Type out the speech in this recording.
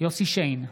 יוסף שיין,